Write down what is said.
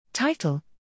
Title